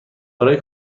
برای